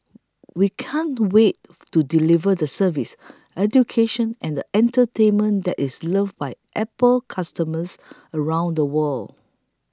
we can't wait to deliver the service education and entertainment that is loved by Apple customers around the world